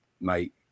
night